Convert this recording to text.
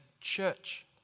church